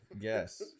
yes